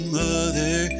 mother